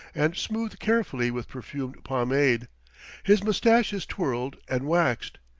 and smoothed carefully with perfumed pomade his mustache is twirled and waxed,